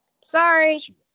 Sorry